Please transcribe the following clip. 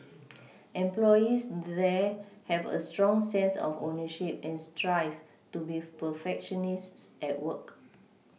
employees there have a strong sense of ownership and strive to be perfectionists at work